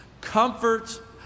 comfort